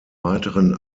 weiteren